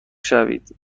شوید